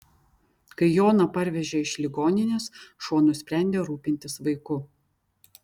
kai joną parvežė iš ligoninės šuo nusprendė rūpintis vaiku